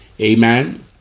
amen